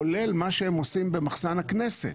כולל מה שהם עושים במחסן הכנסת.